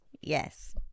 Yes